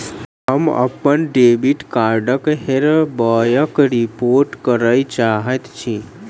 हम अप्पन डेबिट कार्डक हेराबयक रिपोर्ट करय चाहइत छि